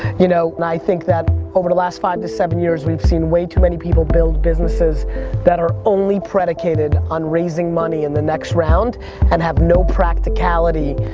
you know and i think that over the last five to seven years we've seen way too many people build businesses that are only predicated on raising money in the next round and have no practicality.